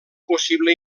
possible